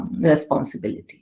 responsibility